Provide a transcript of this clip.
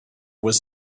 was